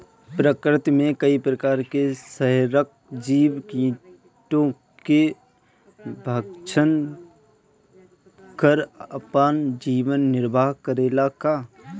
प्रकृति मे कई प्रकार के संहारक जीव कीटो के भक्षन कर आपन जीवन निरवाह करेला का?